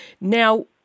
Now